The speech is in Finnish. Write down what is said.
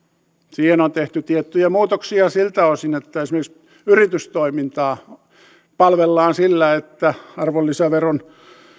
siihen on tehty tiettyjä muutoksia siltä osin että esimerkiksi yritystoimintaa palvellaan sillä että arvonlisäveron